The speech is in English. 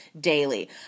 daily